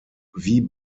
wie